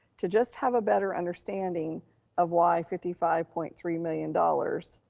to just have a better understanding of why fifty five point three million dollars,